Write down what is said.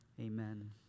Amen